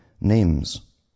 names